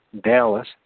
Dallas